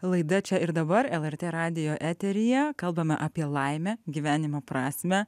laida čia ir dabar lrt radijo eteryje kalbame apie laimę gyvenimo prasmę